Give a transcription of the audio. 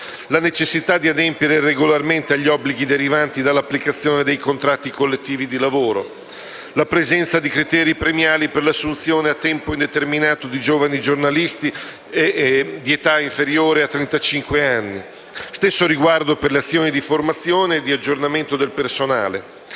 la necessità di adempiere regolarmente agli obblighi derivanti dall'applicazione dei contratti collettivi di lavoro, la presenza di criteri premiali per l'assunzione a tempo indeterminato di giovani giornalisti di età inferiore ai trentacinque anni, per le azioni di formazione e di aggiornamento del personale,